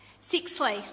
Sixthly